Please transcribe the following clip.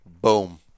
Boom